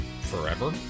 forever